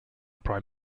prime